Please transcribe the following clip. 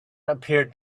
appeared